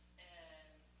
and